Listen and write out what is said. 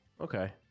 Okay